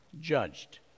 judged